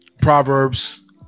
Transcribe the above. proverbs